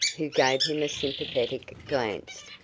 who gave him a sympathetic glance,